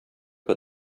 put